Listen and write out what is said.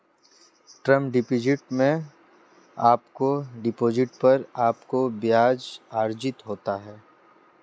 term deposit में आपके deposit पर आपको ब्याज़ अर्जित होता है